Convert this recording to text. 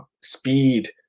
speed